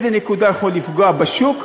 באיזו נקודה הוא יכול לפגוע בשוק,